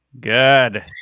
good